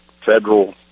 Federal